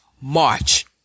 march